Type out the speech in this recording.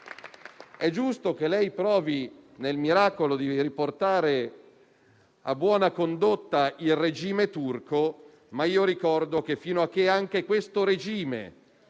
è giusto che provi nel miracolo di riportare a buona condotta il regime turco, ma ricordo che anche quel regime